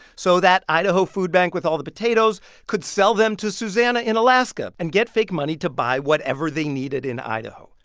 so that idaho food bank with all the potatoes could sell them to susannah in alaska and get fake money to buy whatever they needed in idaho.